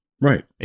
Right